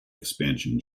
expansion